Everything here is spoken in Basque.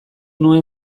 nuen